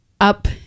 up